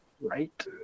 Right